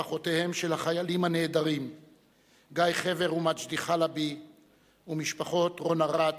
משפחותיהם של החיילים הנעדרים גיא חבר ומג'די חלבי ומשפחות רון ארד,